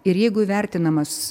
ir jeigu įvertinamas